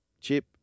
chip